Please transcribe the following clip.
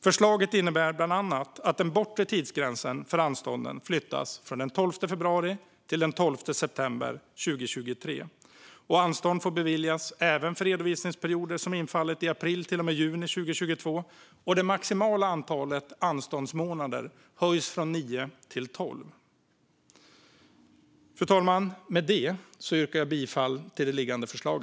Förslaget innebär bland annat att den bortre tidsgränsen för anstånden flyttas från den 12 februari till den 12 september 2023. Anstånd får beviljas även för redovisningsperioder som infallit i april till och med juni 2022, och det maximala antalet anståndsmånader höjs från nio till tolv. Fru talman! Med detta yrkar jag bifall till utskottets förslag.